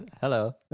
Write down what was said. Hello